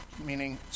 meaning